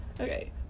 Okay